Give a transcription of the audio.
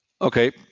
okay